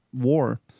war